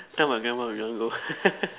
tell my grandma we want go